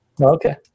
okay